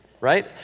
right